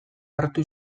hartu